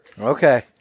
okay